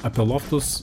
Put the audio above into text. apie loftus